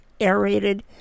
aerated